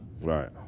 Right